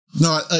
No